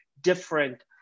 different